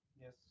Yes